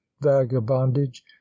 vagabondage